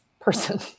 person